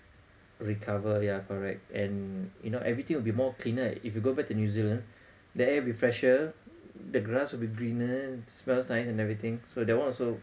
recover yeah correct and you know everything will be more cleaner if you go back to new zealand the air will be fresher the grass will be greener and smells nice and everything so that one also